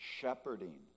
shepherding